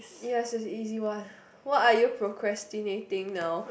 ya is a easy one what are you procrastinating now